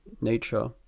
nature